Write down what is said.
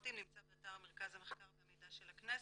מפורטים יותר נמצא באתר מרכז המחקר והמידע של הכנסת.